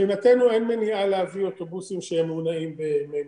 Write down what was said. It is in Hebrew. מבחינתנו אין מניעה להביא אוטובוסים שהם מונעים במימן.